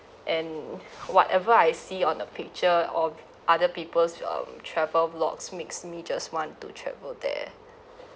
and whatever I see on the picture of other people's um travel blogs makes me just want to travel there